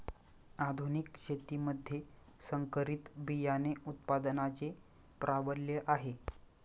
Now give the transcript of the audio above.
आधुनिक शेतीमध्ये संकरित बियाणे उत्पादनाचे प्राबल्य आहे